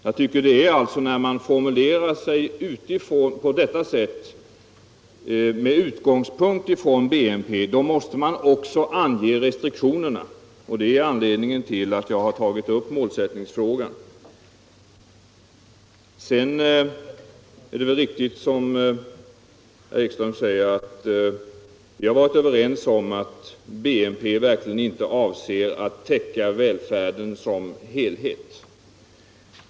Jag tycker att när man formulerar sig på detta sätt med utgångspunkt i BNP måste man också ange restriktionerna. Det är anledningen till att jag har tagit upp målsättningsfrågan. Det är väl riktigt som herr Ekström säger, att vi har varit överens om att BNP verkligen inte avser att mäta välfärden som helhet.